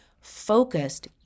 focused